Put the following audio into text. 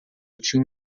tinha